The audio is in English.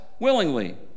Willingly